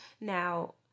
Now